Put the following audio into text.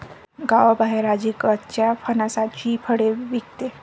गावाबाहेर आजी कच्च्या फणसाची फळे विकते